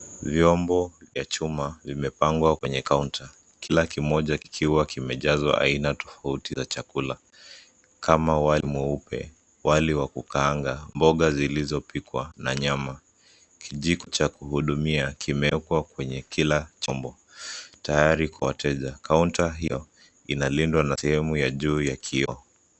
Vyomba vya chuma vimepangwa kwenye kaunta, kila kimoja kikiwa kimejazwa aina tofauti za chakula, kama wali mweupe, wali wa kukaanga, mboga zilizo pikwa na nyama. Kijiko cha kuhudumia kimewekwa kwenye kila chomba, tayari kwa wateja. Kaunta hiyo inalindwa na sehemu ya juu ya kioo.